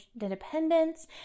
independence